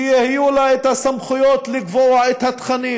שיהיו לה הסמכויות לקבוע את התכנים